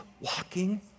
walking